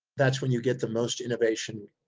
that's when you get the most innovation,